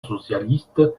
socialiste